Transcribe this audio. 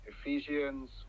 Ephesians